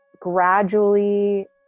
gradually